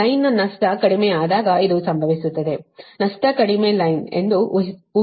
ಲೈನ್ನ ನಷ್ಟ ಕಡಿಮೆಯಾದಾಗ ಇದು ಸಂಭವಿಸುತ್ತಿದೆ ನಷ್ಟ ಕಡಿಮೆ ಲೈನ್ ಎಂದು ಊಹಿಸುತ್ತೇವೆ